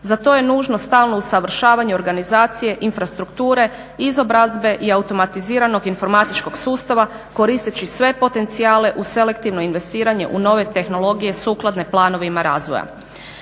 Za to je nužno stalno usavršavanje organizacije, infrastrukture, izobrazbe i automatiziranog informatičkog sustava koristeći sve potencijale u selektivno investiranje u nove tehnologije sukladne planovima razvoja.